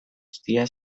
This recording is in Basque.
guztia